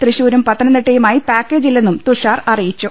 തൃശ്ശൂരും പത്തനംതിട്ടയുമായി പാക്കേജ് ഇല്ലെന്നും തുഷാർ അറിയിച്ചു